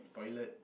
toilet